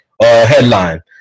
headline